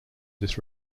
this